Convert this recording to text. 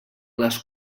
les